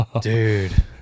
dude